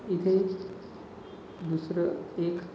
इथे दुसरं एक